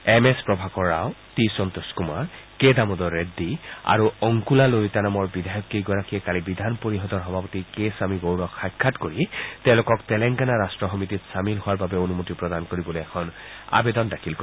M S Prabhakar Rao T Santosh Kumar K Damodar Reddy আৰু অংকুলা ললিতা নামৰ বিধায়ক কেইগৰাকীয়ে কালি বিধান পৰিষদৰ সভাপতি কে স্বামী গৌড়ক সাক্ষাৎ কৰি তেওঁলোকক তেলেংগানা ৰাট্ট সমিতিত চামিল হোৱাৰ বাবে অনুমতি প্ৰদান কৰিবলৈ এখন আৱেদন দাখিল কৰে